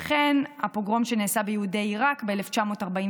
וכן הפוגרום שנעשה ביהודי עיראק ב-1941,